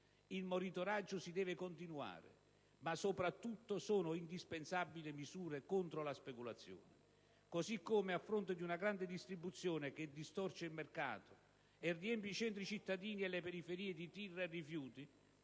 Il monitoraggio deve continuare, ma soprattutto sono indispensabili misure contro la speculazione. Così come, a fronte di una grande distribuzione che distorce il mercato e riempie i centri cittadini e le periferie di tir e rifiuti,